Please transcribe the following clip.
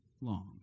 long